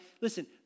Listen